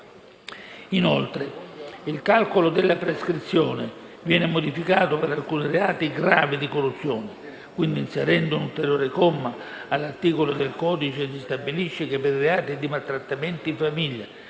Inoltre, il calcolo della prescrizione viene modificato per alcuni reati gravi di corruzione. Quindi, inserendo un ulteriore comma all'articolo del codice, si stabilisce che, per i reati di maltrattamenti in famiglia